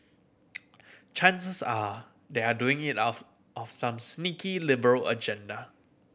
chances are they are doing it out of some sneaky liberal agenda